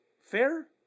Fair